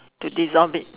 to dissolve it